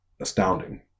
astounding